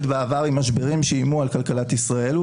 בעבר עם משברים שאיימו על כלכלת ישראל,